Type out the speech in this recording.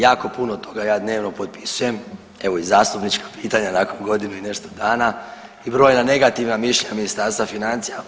Jako puno toga ja dnevno potpisuje, evo i zastupničko pitanje nakon godinu i nešto dana i brojna negativna mišljenja Ministarstva financija.